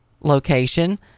location